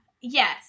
Yes